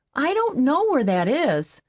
i don't know where that is.